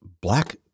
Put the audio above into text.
black